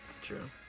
True